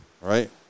right